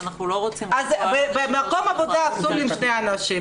ואנחנו לא רוצים לפגוע ברשות בפרט --- במקום עבודה אסור עם שני אנשים,